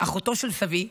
אחותו של סבי,